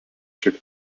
šiek